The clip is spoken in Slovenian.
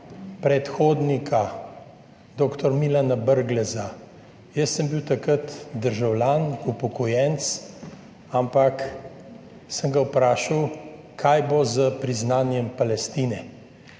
predhodnika, doktor Milana Brgleza. Jaz sem bil takrat državljan upokojenec, ampak sem ga vprašal kaj bo s priznanjem Palestine.